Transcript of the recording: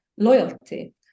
Loyalty